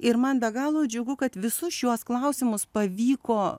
ir man be galo džiugu kad visus šiuos klausimus pavyko